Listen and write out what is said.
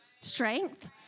strength